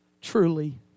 truly